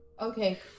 Okay